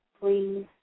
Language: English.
Please